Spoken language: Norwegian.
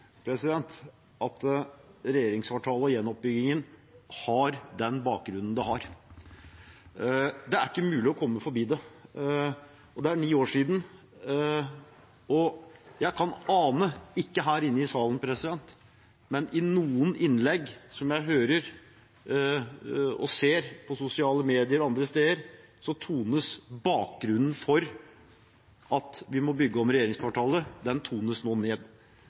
at regjeringskvartalet og gjenoppbyggingen har den bakgrunnen det har. Det er ikke mulig å komme forbi det. Det er ni år siden, men i noen innlegg jeg hører og leser – ikke her i salen, men i sosiale medier og andre steder – tones bakgrunnen for at vi må bygge om regjeringskvartalet, nå ned.